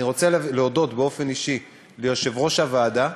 אני רוצה להודות באופן אישי ליושב-ראש הוועדה,